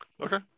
Okay